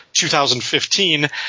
2015